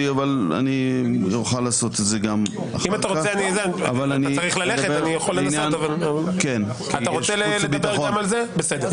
אם אתה צריך ללכת ואתה רוצה לדבר גם על זה, בסדר.